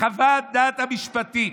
חוות הדעת המשפטית,